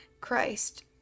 Christ